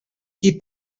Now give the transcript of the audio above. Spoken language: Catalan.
qui